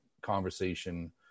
conversation